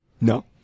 No